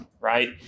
right